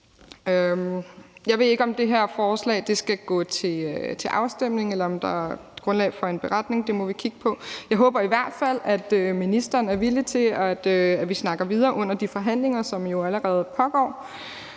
Jeg ved ikke, om det her forslag skal gå til afstemning, eller om der er grundlag for en beretning. Det må vi kigge på. Jeg håber i hvert fald, at ministeren er villig til, at vi snakker videre under de forhandlinger, som jo allerede pågår,